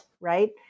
right